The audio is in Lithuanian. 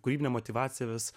kūrybinę motyvaciją vis